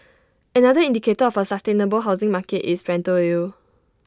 another indicator of A sustainable housing market is rental yield